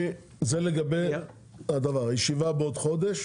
בעוד חודש